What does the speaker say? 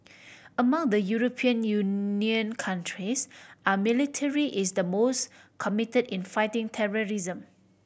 among the European Union countries our military is the most committed in fighting terrorism